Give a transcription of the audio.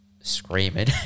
screaming